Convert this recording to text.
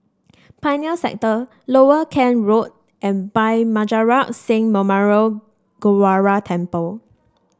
Pioneer Sector Lower Kent Road and Bhai Maharaj Singh Memorial Gurdwara Temple